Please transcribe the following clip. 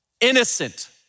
innocent